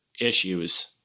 issues